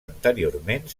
anteriorment